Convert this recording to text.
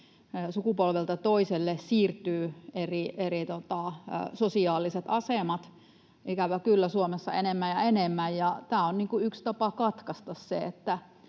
sukupolvelta toiselle siirtyvät eri sosiaaliset asemat, ikävä kyllä, Suomessa enemmän ja enemmän, ja tämä on yksi tapa katkaista se